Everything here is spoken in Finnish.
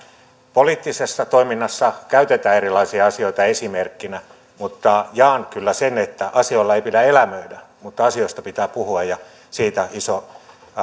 poliittisessa toiminnassa käytetään erilaisia asioita esimerkkeinä jaan kyllä sen että asioilla ei pidä elämöidä mutta asioista pitää puhua ja siitä iso